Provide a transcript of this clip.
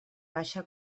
baixa